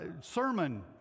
sermon